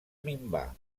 minvar